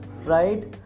right